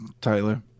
Tyler